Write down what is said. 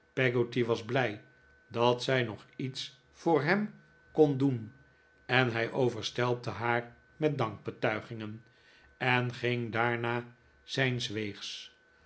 was blij dat zij nog iets voor hem kon doen en hij overstelpte haar met dankbetuigingen en ging daarna zijns weegs